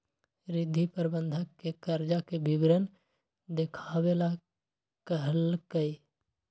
रिद्धि प्रबंधक के कर्जा के विवरण देखावे ला कहलकई